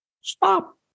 Stop